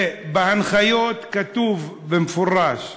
ובהנחיות כתוב במפורש,